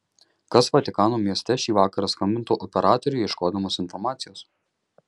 kas vatikano mieste šį vakarą skambintų operatoriui ieškodamas informacijos